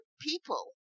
people